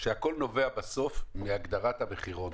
שהכל נובע בסוף מהגדרת המחירון.